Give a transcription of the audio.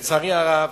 לצערי הרב,